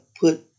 put